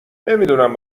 نمیدونم